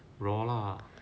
raw lah